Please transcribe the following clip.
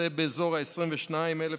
באזור ה-22,000 תושבים.